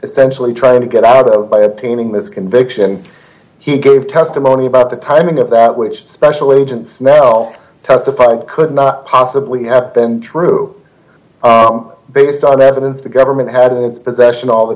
essentially trying to get out of by obtaining this conviction he gave testimony about the timing of that which special agents testified could not possibly epp them true based on evidence the government had in its possession all the